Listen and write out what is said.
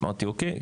אמרתי אוקיי,